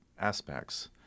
aspects